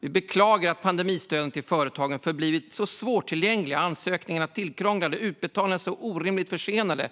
Vi beklagar att pandemistöden till företagen förblivit så svårtillgängliga, ansökningarna så tillkrånglade och utbetalningarna så orimligt försenade